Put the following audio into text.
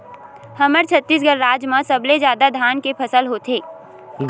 हमर छत्तीसगढ़ राज म सबले जादा धान के फसल होथे